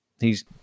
He's-